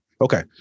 Okay